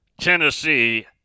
Tennessee